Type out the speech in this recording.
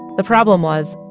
the problem was,